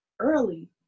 early